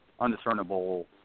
undiscernible